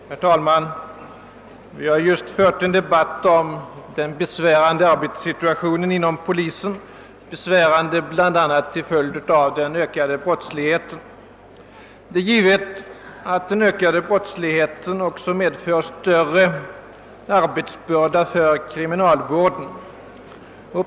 Herr talman! Vi har just fört en debatt om den besvärande arbetssituationen inom polisen, besvärande bl.a. till följd av den ökade brottsligheten. Det är givet att den ökade brottsligheten också medför en större arbetsbörda för kriminalvården.